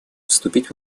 выступить